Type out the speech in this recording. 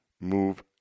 move